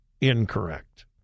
incorrect